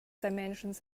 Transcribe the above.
dimensions